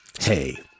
Hey